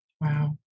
Wow